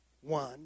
one